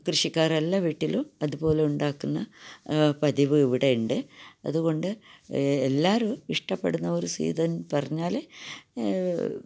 കൃഷിക്കാരെടെയെല്ലാം വീട്ടിലും അതുപോലുണ്ടാകുന്ന പതിവ് ഇവിടെ ഉണ്ട് അതുകൊണ്ട് എല്ലാവരും ഇഷ്ടപ്പെടുന്ന ഒരു സീസൺ പറഞ്ഞാല്